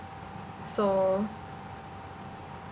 so